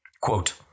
Quote